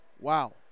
Wow